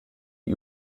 die